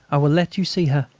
i will let you see her.